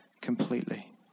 completely